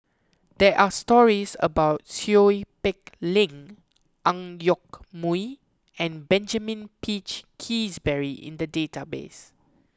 there are stories about Seow Peck Leng Ang Yoke Mooi and Benjamin Peach Keasberry in the database